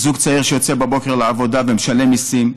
זוג צעיר שיוצא בבוקר לעבודה ומשלם מיסים,